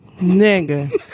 nigga